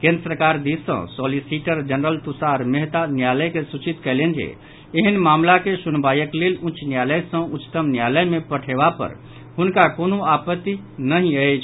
केन्द्र सरकार दिस सॅ सॉलिसीटर जनरल तुषार मेहता न्यायालय के सूचित कयलनि जे एहेन मामिला के सुनवाईक लेल उच्च न्यायालय सॅ उच्चतम न्यायालय मे पठेबा पर हुनका कोनो आपत्ति नहि अछि